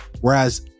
Whereas